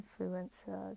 influencer